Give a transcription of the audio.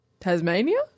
Tasmania